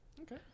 okay